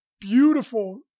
beautiful